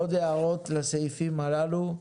עוד הערות לסעיפים הללו?